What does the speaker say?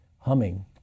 humming